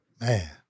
man